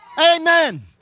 Amen